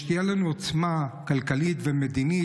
שתהיה לנו עוצמה כלכלית ומדינית,